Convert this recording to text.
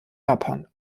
japan